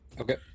Okay